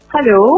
Hello